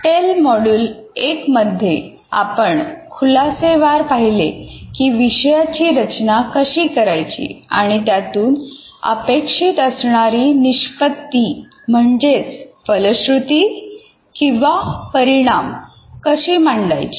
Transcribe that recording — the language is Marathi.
टेल मॉड्यूल एक मध्ये आपण खुलासेवार पाहिले की विषयाची रचना कशी करायची आणि त्यातून अपेक्षित असणारी निष्पत्ती कशी मांडायची